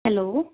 hello